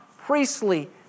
priestly